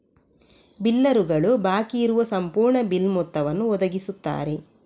ಬಿಲ್ಲರುಗಳು ಬಾಕಿ ಇರುವ ಸಂಪೂರ್ಣ ಬಿಲ್ ಮೊತ್ತವನ್ನು ಒದಗಿಸುತ್ತಾರೆ